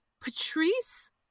Patrice